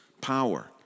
power